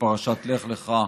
בפרשת לך לך,